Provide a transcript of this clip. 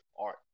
art